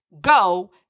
go